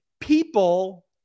People